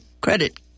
credit